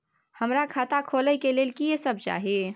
हमरा खाता खोले के लेल की सब चाही?